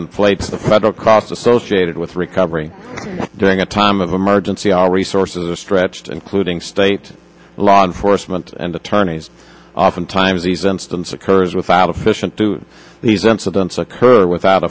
inflates the federal costs associated with recovery during a time of emergency our resources are stretched including state law enforcement and attorneys oftentimes these instance occurs without official to these incidents occurred without